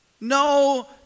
no